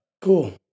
Cool